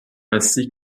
ainsi